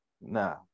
nah